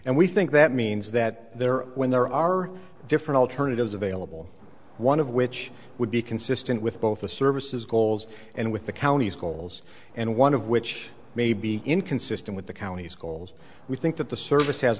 and we think that means that there when there are different alternatives available one of which would be consistent with both the services goals and with the county's goals and one of which may be inconsistent with the county's goals we think that the service has